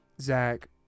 Zach